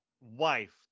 wife